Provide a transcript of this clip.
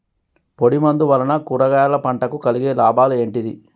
పొడిమందు వలన కూరగాయల పంటకు కలిగే లాభాలు ఏంటిది?